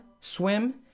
swim